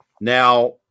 Now